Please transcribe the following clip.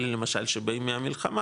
אלה למשל שבאים מהמלחמה,